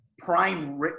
prime